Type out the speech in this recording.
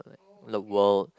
the world